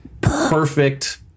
Perfect